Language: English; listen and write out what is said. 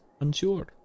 Unsure